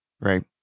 Right